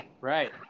Right